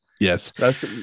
Yes